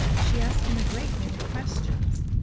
she asked him a great many questions,